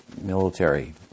military